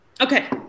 Okay